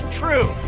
true